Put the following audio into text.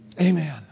Amen